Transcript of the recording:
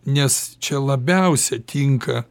nes čia labiausia tinka